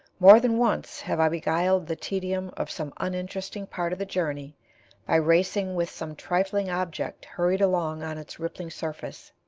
more than once have i beguiled the tedium of some uninteresting part of the journey by racing with some trifling object hurried along on its rippling surface.